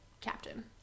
captain